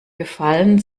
gefallen